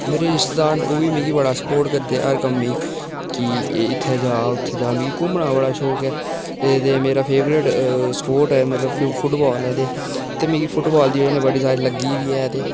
ते मेरे रिश्तेदार न मिगी बी बड़ा ओह् स्पोर्ट करदे हर कम्मै गी के इत्थें जा उत्थें जा मिगी घुम्मना बड़ा शौक ऐ ते मेरा फेवरेट स्पोर्ट ऐ मतलब फुटबॉल ऐ ते मिगी फुटबॉल दी बजह कन्नै लग्गी दी बी ऐ ते